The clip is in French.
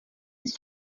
ils